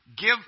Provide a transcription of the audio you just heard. give